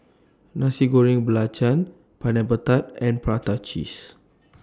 Nasi Goreng Belacan Pineapple Tart and Prata Cheese